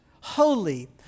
holy